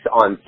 on